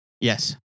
Yes